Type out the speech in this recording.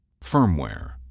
Firmware